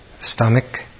stomach